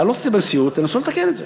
להעלות את זה בנשיאות ולנסות לתקן את זה.